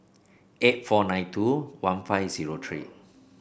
eight four nine two one five zero three